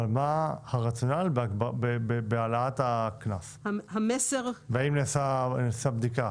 אבל מה הרציונל בהעלאת גובה הקנס והאם נעשתה בדיקה?